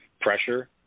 pressure